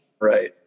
Right